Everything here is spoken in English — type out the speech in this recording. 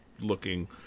looking